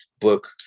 book